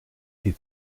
die